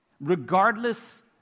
regardless